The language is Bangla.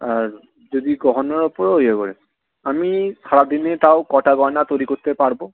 আর যদি গহনার ওপরও ইয়ে আমি সারাদিনে তাও কটা গয়না তৈরি করতে পারব